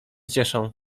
cieszą